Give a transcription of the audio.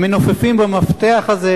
הם מנופפים במפתח הזה,